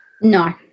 No